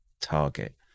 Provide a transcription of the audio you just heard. target